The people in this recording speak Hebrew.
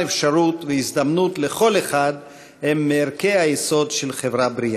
אפשרות והזדמנות לכל אחד הם מערכי היסוד של חברה בריאה.